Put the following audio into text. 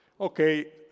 Okay